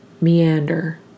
Meander